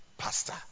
pastor